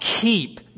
keep